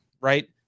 right